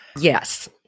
Yes